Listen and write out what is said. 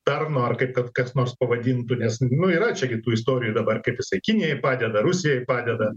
tarno ar kaip kas nors pavadintų nes nu yra čia gi tų istorijų dabar kad jisai kinijai padeda rusijai padeda